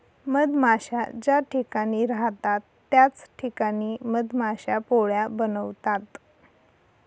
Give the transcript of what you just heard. मधमाश्या ज्या ठिकाणी राहतात त्याच ठिकाणी मधमाश्या पोळ्या बनवतात